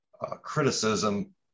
criticism